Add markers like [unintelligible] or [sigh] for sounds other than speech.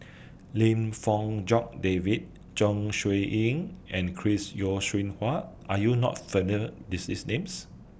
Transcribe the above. Lim Fong Jock David Zeng Shouyin and Chris Yeo Siew Hua Are YOU not familiar These [unintelligible] Names